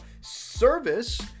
Service